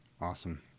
Awesome